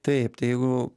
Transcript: taip tai jeigu